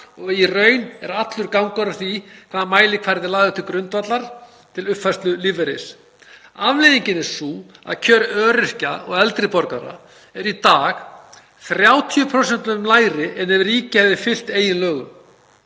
og í raun er allur gangur á því hvaða mælikvarði er lagður til grundvallar til uppfærslu lífeyris. Afleiðingin er sú að kjör öryrkja og eldri borgara eru í dag 30% lakari en ef ríkið hefði fylgt eigin lögum.